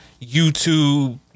YouTube